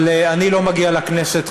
אבל אני לא מגיע לכנסת,